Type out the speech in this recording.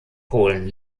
polen